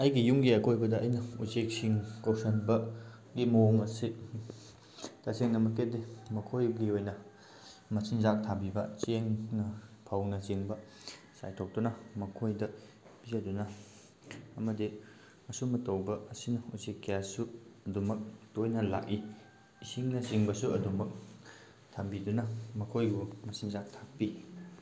ꯑꯩꯒꯤ ꯌꯨꯝꯒꯤ ꯑꯀꯣꯏꯕꯗ ꯑꯩꯅ ꯎꯆꯦꯛꯁꯤꯡ ꯀꯧꯁꯟꯕꯒꯤ ꯃꯑꯣꯡ ꯑꯁꯤ ꯇꯁꯦꯡꯅ ꯃꯛꯀꯤꯗꯤ ꯃꯈꯣꯏꯒꯤ ꯑꯣꯏꯅ ꯃꯆꯤꯟꯖꯥꯛ ꯊꯥꯕꯤꯕ ꯆꯦꯡꯅ ꯐꯧꯅ ꯆꯤꯡꯕ ꯆꯥꯏꯊꯣꯛꯇꯨꯅ ꯃꯈꯣꯏꯗ ꯄꯤꯖꯗꯨꯅ ꯑꯃꯗꯤ ꯑꯁꯨꯝꯅ ꯇꯧꯕ ꯑꯁꯤꯅ ꯎꯆꯦꯛ ꯀꯌꯥꯁꯨ ꯑꯗꯨꯝꯃꯛ ꯇꯣꯏꯅ ꯂꯥꯛꯏ ꯏꯁꯤꯡꯅ ꯆꯤꯡꯕꯁꯨ ꯑꯗꯨꯝꯃꯛ ꯊꯝꯕꯤꯗꯨꯅ ꯃꯈꯣꯏꯕꯨ ꯃꯆꯤꯟꯖꯥꯛ ꯊꯥꯛꯄꯤ